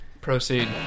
Proceed